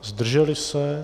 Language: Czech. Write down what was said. Zdrželi se?